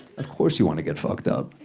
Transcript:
of course you want to get up.